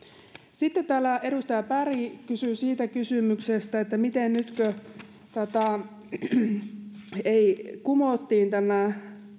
sitten täällä edustaja berg kysyi siitä miten nyt kun kumottiin tämä